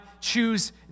choose